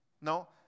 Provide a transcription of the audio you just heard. No